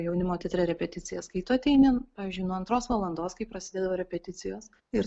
jaunimo teatre repeticijas kai tu ateini pavyzdžiui nuo antros valandos kai prasidėdavo repeticijos ir